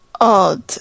odd